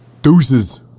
Deuces